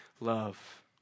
love